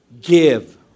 give